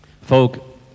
Folk